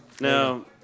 Now